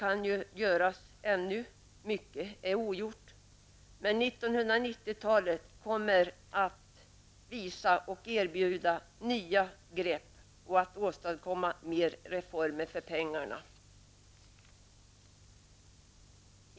Men mycket återstår att göra, mycket är ogjort -- 1990-talet kommer att erbjuda nya grepp och möjligheter att åstadkomma mer reformer för pengarna.